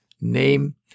Name